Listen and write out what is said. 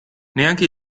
neanche